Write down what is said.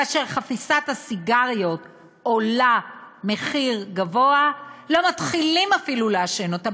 כאשר חפיסת הסיגריות עולה סכום גדול לא מתחילים אפילו לעשן אותה,